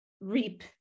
reap